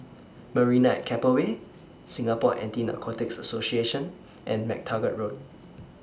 Marina At Keppel Bay Singapore Anti Narcotics Association and MacTaggart Road